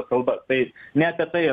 kalbas tai ne apie tai